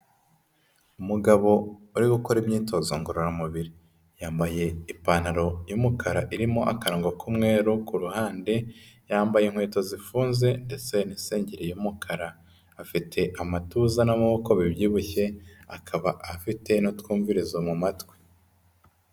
Umugabo uri gukora imyitozo ngororamubiri yambaye ipantaro y'umukara irimo akarongo k'umweru ku ruhande, yambaye inkweto zifunze ndetse n'isengeri y'umukara, afite amatuza n'amaboko bibyibushye akaba afite n'utwumvirizo mu matwi.